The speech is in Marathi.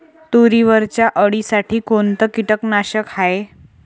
तुरीवरच्या अळीसाठी कोनतं कीटकनाशक हाये?